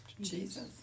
Jesus